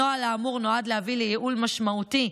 הנוהל האמור נועד להביא לייעול משמעותי,